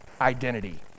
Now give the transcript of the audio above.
identity